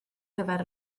gyfer